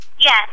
Yes